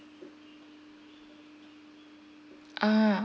ah